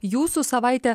jūsų savaitė